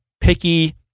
picky